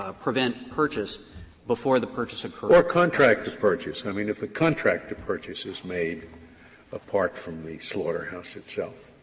ah prevent purchase before the purchase occurred. scalia or contract of purchase. i mean, if the contract of purchase is made apart from the slaughterhouse itself,